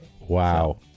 wow